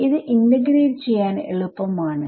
ഇത് ഇന്റഗ്രേറ്റ് ചെയ്യാൻ എളുപ്പം ആണ്